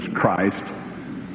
Christ